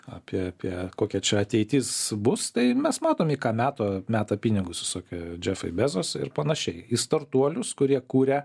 apie apie kokia čia ateitis bus tai mes matom į ką meto meta pinigus visokie džefai bezos ir panašiai į startuolius kurie kuria